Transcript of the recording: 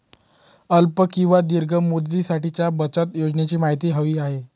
अल्प किंवा दीर्घ मुदतीसाठीच्या बचत योजनेची माहिती हवी आहे